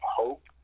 hope